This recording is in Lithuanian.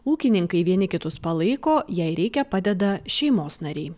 ūkininkai vieni kitus palaiko jei reikia padeda šeimos nariai